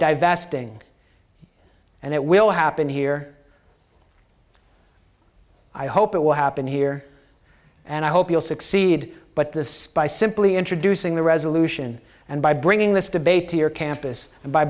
divesting and it will happen here i hope it will happen here and i hope you'll succeed but the spy simply introducing the resolution and by bringing this debate to your campus